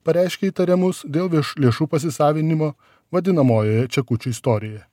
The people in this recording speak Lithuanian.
pareiškė įtarimus dėl vieš lėšų pasisavinimo vadinamojoje čekučių istorijoje